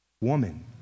Woman